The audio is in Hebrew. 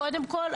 קודם כל,